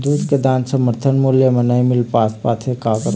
दूध के दाम समर्थन मूल्य म नई मील पास पाथे, का करों?